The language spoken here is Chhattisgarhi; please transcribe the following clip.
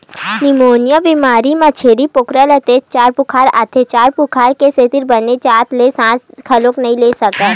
निमोनिया बेमारी म छेरी बोकरा ल तेज जर बुखार आथे, जर बुखार के सेती बने जात ले सांस घलोक नइ ले सकय